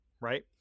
right